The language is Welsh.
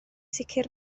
sicr